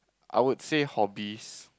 I would say hobbies